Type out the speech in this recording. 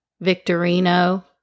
Victorino